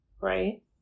right